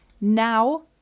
Now